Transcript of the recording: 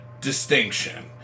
distinction